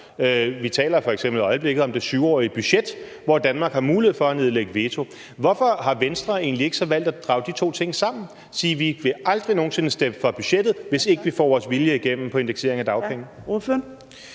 i øjeblikket om det 7-årige budget, hvor Danmark har mulighed for at nedlægge veto. Hvorfor har Venstre så egentlig ikke valgt at drage de to ting sammen og sige: Vi vil aldrig nogen sinde stemme for budgettet, hvis ikke vi får vores vilje igennem om indeksering af dagpenge?